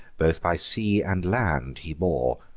both by sea and land, he bore,